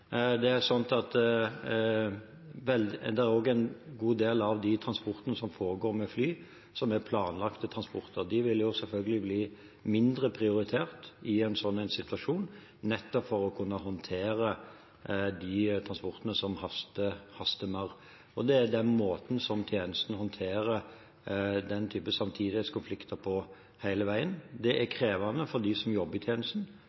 er en god del av de transportene som foregår med fly, som er planlagte transporter. De vil selvfølgelig bli mindre prioritert i en slik situasjon nettopp for å kunne håndtere de transportene som haster mer. Det er den måten som tjenesten håndterer den typen samtidighetskonflikter på, hele veien. Det er krevende for dem som jobber i tjenesten,